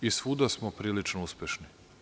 Svuda smo prilično uspešni.